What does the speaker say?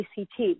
ACT